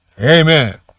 amen